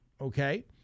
okay